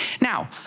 Now